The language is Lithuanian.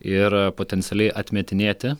ir potencialiai atmetinėti